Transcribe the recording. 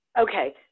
Okay